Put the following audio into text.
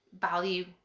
value